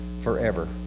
forever